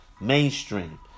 mainstream